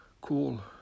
cool